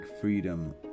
freedom